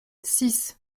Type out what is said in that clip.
six